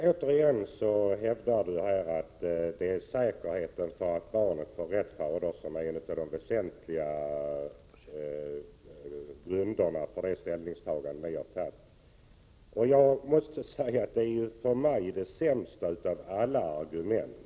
Herr talman! Återigen hävdar Ewa Hedkvist Petersen att det är säkerheten när det gäller vem som är fader till barnet som är ett av de mest väsentliga skälen till ert ställningstagande. För mig framstår det som det sämsta av alla argument.